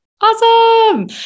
Awesome